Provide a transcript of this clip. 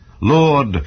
Lord